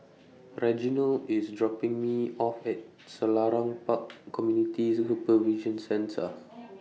Reginald IS dropping Me off At Selarang Park Community Supervision Centre